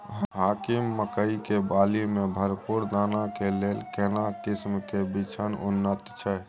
हाकीम मकई के बाली में भरपूर दाना के लेल केना किस्म के बिछन उन्नत छैय?